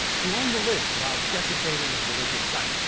to own the libs while desecrating a religious site,